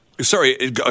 Sorry